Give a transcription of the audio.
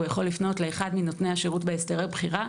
יכול לפנות לאחד מנותני השירות בהסדרי הבחירה.